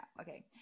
okay